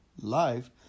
life